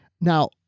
now